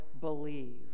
believe